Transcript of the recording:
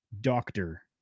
doctor